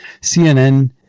cnn